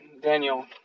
Daniel